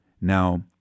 Now